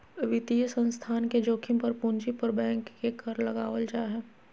वित्तीय संस्थान के जोखिम पर पूंजी पर बैंक के कर लगावल जा हय